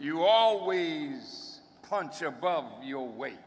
you all we punch above your weight